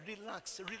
Relax